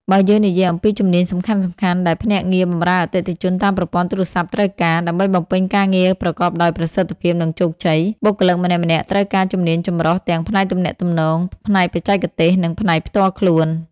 បើយើងនិយាយអំពីជំនាញសំខាន់ៗដែលភ្នាក់ងារបម្រើអតិថិជនតាមប្រព័ន្ធទូរស័ព្ទត្រូវការ ដើម្បីបំពេញការងារប្រកបដោយប្រសិទ្ធភាព និងជោគជ័យ បុគ្គលិកម្នាក់ៗត្រូវការជំនាញចម្រុះទាំងផ្នែកទំនាក់ទំនង ផ្នែកបច្ចេកទេស និងផ្នែកផ្ទាល់ខ្លួន។